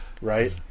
right